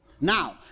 now